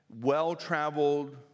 Well-traveled